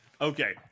okay